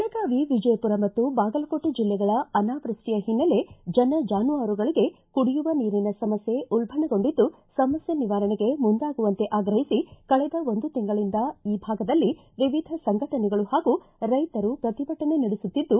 ಬೆಳಗಾವಿ ವಿಜಯಪುರ ಮತ್ತು ಬಾಗಲಕೋಟ ಜಿಲ್ಲೆಗಳ ಅನಾವೃಷ್ಟಿಯ ಹಿನ್ನೆಲೆ ಜನ ಚಾನುವಾರುಗಳಿಗೆ ಕುಡಿಯುವ ನೀರಿನ ಸಮಸ್ಥೆ ಉಲ್ಜಣಗೊಂಡಿದ್ದು ಸಮಸ್ಥೆ ನಿವಾರಣೆಗೆ ಮುಂದಾಗುವಂತೆ ಆಗ್ರಹಿಸಿ ಕಳೆದ ಒಂದು ತಿಂಗಳಿಂದ ಈ ಭಾಗದಲ್ಲಿ ವಿವಿಧ ಸಂಘಟನೆಗಳು ಹಾಗೂ ರೈತರು ಪ್ರತಿಭಟನೆ ನಡೆಸುತ್ತಿದ್ದು